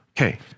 Okay